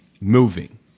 moving